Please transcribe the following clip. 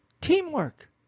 teamwork